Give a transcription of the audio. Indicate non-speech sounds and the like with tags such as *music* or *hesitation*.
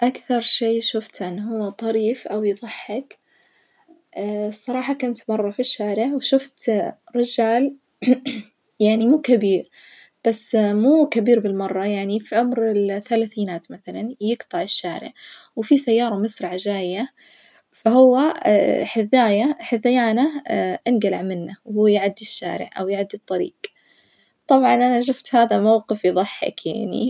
أكثر شي شفته أن هو طريف أويظحك *hesitation* الصراحة كنت برا في الشارع وشفت رجال *hesitation* يعني مو كبير بس مو كبير بالمرة يعني في عمر الثلاثينات مثلًا يجطع الشارع، وفي سيارة مسرعة جاية فهو حذايه حذيانه انجلع منه وهو يعدي الشارع أو يعدي الطريج، طبعًا أنا شفت هذا موقف يظحك يعني.